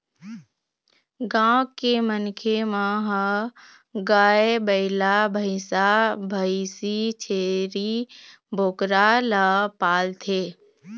गाँव के मनखे मन ह गाय, बइला, भइसा, भइसी, छेरी, बोकरा ल पालथे